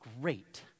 great